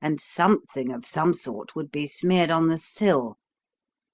and something of some sort would be smeared on the sill